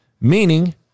Meaning